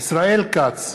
ישראל כץ,